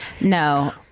No